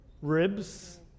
ribs